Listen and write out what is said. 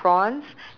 yes